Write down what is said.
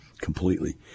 completely